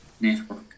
network